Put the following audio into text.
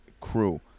crew